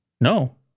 No